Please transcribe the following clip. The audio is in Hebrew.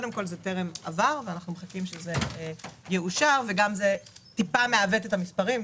כי זה טרם אושר וגם טיפה מעוות את המספרים.